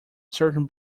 certain